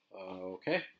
Okay